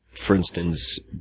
for instance,